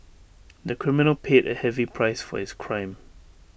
the criminal paid A heavy price for his crime